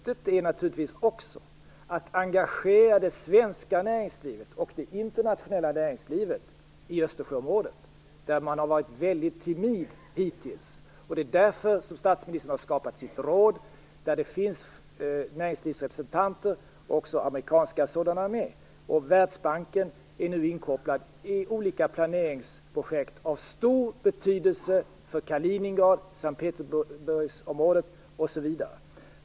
Syftet är naturligtvis också att engagera det svenska näringslivet och det internationella näringslivet i Östersjöområdet, där man har varit väldigt timid hittills. Det är därför som statsministern har skapat sitt råd i vilket näringslivsrepresentanter ingår, också amerikanska sådana. Världsbanken är nu inkopplad i olika planeringsprojekt av stor betydelse för Kaliningrad, S:t Petersburgsområdet osv.